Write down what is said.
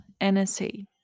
NSA